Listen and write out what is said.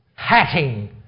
hatting